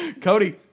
Cody